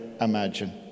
imagine